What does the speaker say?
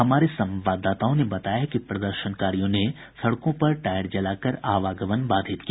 हमारे संवाददाताओं ने बताया है कि प्रदर्शनकारियों ने सड़कों पर टायर जलाकर आवागमन बाधित किया